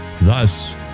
Thus